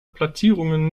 platzierungen